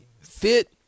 fit